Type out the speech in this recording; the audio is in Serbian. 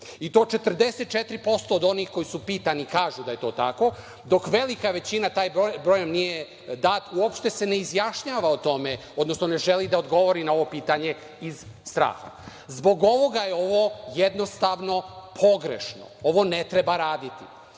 i to 44% od onih koji su pitani kažu da je to tako, dok velika većina, taj broj nam nije dat, uopšte se ne izjašnjava o tome, odnosno ne želi da odgovori na ovo pitanje iz straha. Zbog ovoga je ovo jednostavno pogrešno. Ovo ne treba raditi.